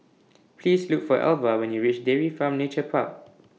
Please Look For Alva when YOU REACH Dairy Farm Nature Park